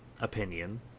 opinion